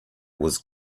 was